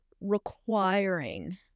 requiring